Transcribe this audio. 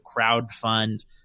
crowdfund